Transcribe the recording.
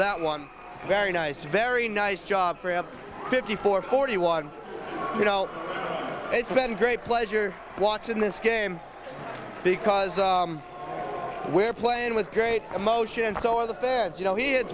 that one very nice very nice job fifty four forty one you know it's been great pleasure watching this game because we're playing with great emotion and so are the fans you know he ad